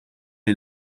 les